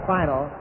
Final